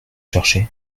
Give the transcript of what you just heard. cherchez